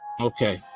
Okay